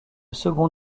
second